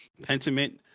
Pentiment